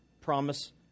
promise